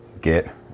get